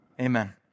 Amen